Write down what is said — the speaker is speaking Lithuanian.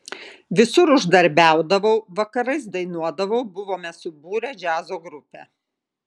visur uždarbiaudavau vakarais dainuodavau buvome subūrę džiazo grupę